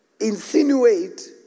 insinuate